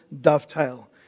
dovetail